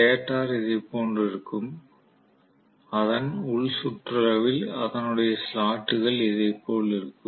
stator இதைப் போன்று இருக்கும் அதன் உள் சுற்றளவில் அதனுடைய ஸ்லாட்டுகள் இதைப் போல் இருக்கும்